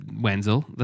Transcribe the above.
Wenzel